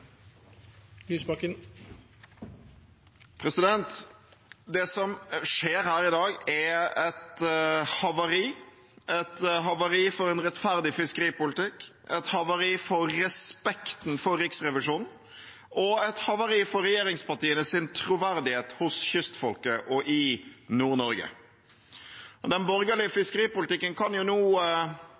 et havari – et havari for en rettferdig fiskeripolitikk, et havari for respekten for Riksrevisjonen og et havari for regjeringspartienes troverdighet hos kystfolket og i Nord-Norge. Den borgerlige fiskeripolitikken kan nå,